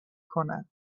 کند